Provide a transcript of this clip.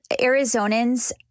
Arizonans